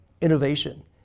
innovation